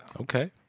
Okay